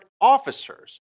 officers